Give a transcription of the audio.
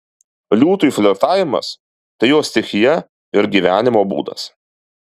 liūtui flirtavimas tai jo stichija ir gyvenimo būdas